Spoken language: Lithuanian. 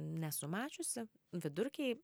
nesu mačiusi vidurkiai